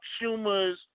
Schumers